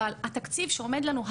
אבל התקציב שעומד לנו,